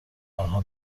آنها